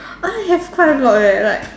I have quite a lot leh like